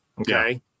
Okay